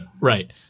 Right